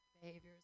behaviors